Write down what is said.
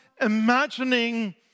imagining